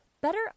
better